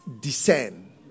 descend